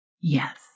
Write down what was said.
Yes